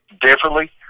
differently